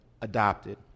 adopted